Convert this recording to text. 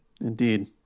Indeed